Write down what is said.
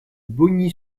bogny